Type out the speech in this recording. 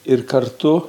ir kartu